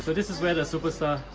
this is where the superstar